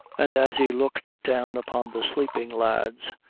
and as he looked down upon the sleeping lads,